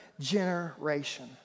generation